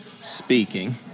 speaking